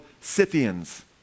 Scythians